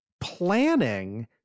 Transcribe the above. planning